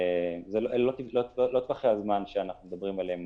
זה לא טווחי הזמן שאנחנו מדברים עליהם